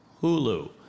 Hulu